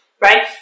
right